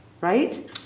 right